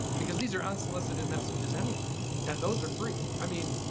because these are unsolicited messages anyway and those are free. i mean,